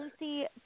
Lucy